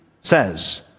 says